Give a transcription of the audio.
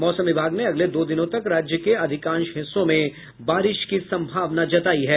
मौसम विभाग ने अगले दो दिनों तक राज्य के अधिकांश हिस्सों में बारिश की सम्भावना जतायी है